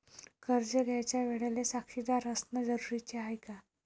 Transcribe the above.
कर्ज घ्यायच्या वेळेले साक्षीदार असनं जरुरीच हाय का?